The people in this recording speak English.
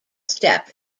step